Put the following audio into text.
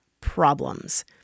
problems